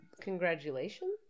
Congratulations